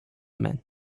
men